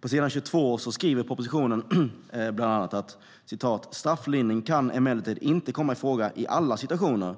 På s. 22 i propositionen står det: "Strafflindring kan emellertid inte komma i fråga i alla situationer